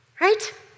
right